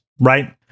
right